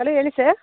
hello ಹೇಳಿ sir